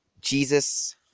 Jesus